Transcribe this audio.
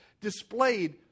displayed